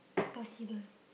possible